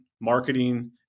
marketing